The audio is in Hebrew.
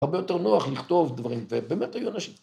‫הרבה יותר נוח לכתוב דברים, ‫ובאמת היו אנשים.